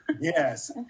Yes